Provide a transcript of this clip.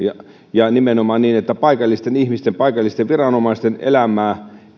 ja nimenomaan niin että paikallisten ihmisten ja paikallisten viranomaisten elämää